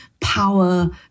power